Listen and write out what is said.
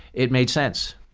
it made sense.